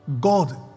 God